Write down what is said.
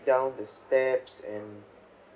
down the steps and